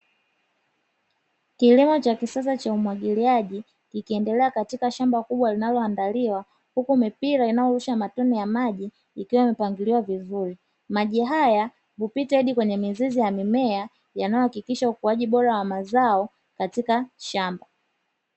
Kilimo cha kisasa cha umwagiliaji kikiendelea katika shamba kubwa linaloandaliwa huku mipira inayorusha matone ya maji ikiwa imepangiliwa vizuri, maji haya hupita hadi kwenye mizizi ya mimea yanayohakikisha ukuaji bora wa mazao katika shamba.